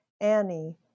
Annie